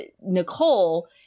Nicole